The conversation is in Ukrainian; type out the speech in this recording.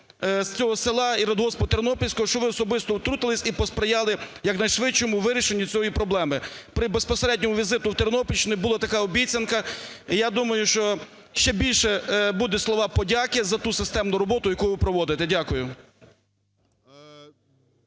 із села і радгоспу "Тернопільського", щоб ви особисто втрутились і посприяли якнайшвидшому вирішенню цієї проблеми. При безпосередньому візиті в Тернопільщину була така обіцянка. Я думаю, що ще більше буде слів подяки за ту системну роботу, яку ви проводите. Дякую.